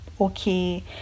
okay